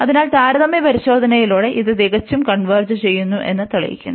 അതിനാൽ താരതമ്യ പരിശോധനയിലൂടെ ഇത് തികച്ചും കൺവെർജ് ചെയ്യുന്നു എന്ന് തെളിയിക്കുന്നു